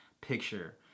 picture